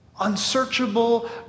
Unsearchable